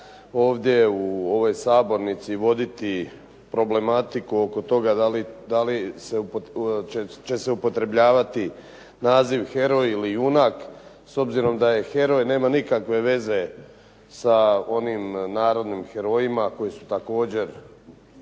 ovdje u ovoj sabornici voditi problematiku oko toga da li će se upotrjebljavati naziv heroj ili junak, s obzirom da heroj nema nikakve veze sa onim narodnim herojima koji su također